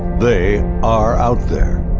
they are out there.